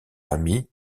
ami